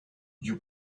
you